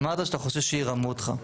אמרת שאתה חושב שירמו אותך.